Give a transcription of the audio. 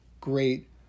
great